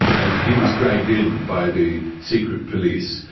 and he was dragged in by the secret police,